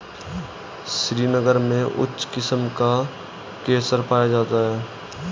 श्रीनगर में उच्च किस्म का केसर पाया जाता है